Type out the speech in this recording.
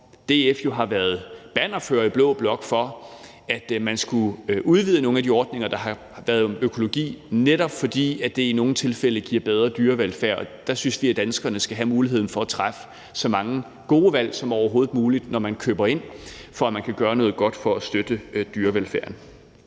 jo har været bannerfører i blå blok for, at man skulle udvide nogle af de ordninger, der har været for økologi, netop fordi det i nogle tilfælde giver bedre dyrevelfærd. Der synes vi, at danskerne skal have mulighed for at træffe så mange gode valg som overhovedet muligt, når de køber ind, så de kan gøre noget godt for at støtte dyrevelfærden.